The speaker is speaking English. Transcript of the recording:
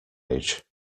age